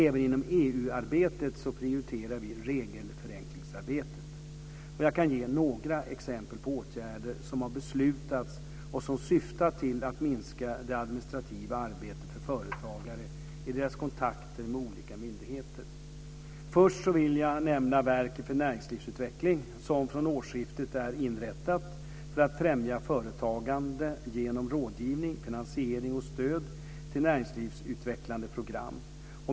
Även inom EU-arbetet prioriterar vi regelförenklingsarbetet. Jag kan ge några exempel på åtgärder som har beslutats och som syftar till att minska det administrativa arbetet för företagare i deras kontakter med olika myndigheter: Först vill jag nämna Verket för Näringslivsutveckling, som från årsskiftet är inrättat för att främja företagande genom rådgivning, finansiering och stöd till näringslivsutvecklande program.